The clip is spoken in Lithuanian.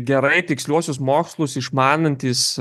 gerai tiksliuosius mokslus išmanantys